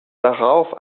darauf